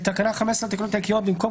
תיקון תקנה 15 בתקנה 15 לתקנות העיקריות במקום